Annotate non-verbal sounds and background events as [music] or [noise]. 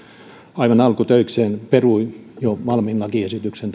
aivan alkutöikseen perui jo valmiin lakiesityksen [unintelligible]